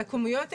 לכמויות האלה,